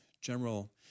general